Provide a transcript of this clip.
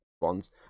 ones